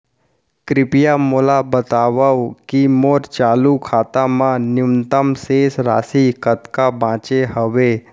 कृपया मोला बतावव की मोर चालू खाता मा न्यूनतम शेष राशि कतका बाचे हवे